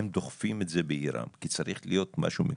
הם דוחפים את זה בעירם כי צריך להיות משהו מקשר.